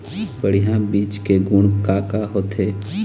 बढ़िया बीज के गुण का का होथे?